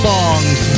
Songs